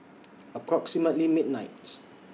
approximately midnight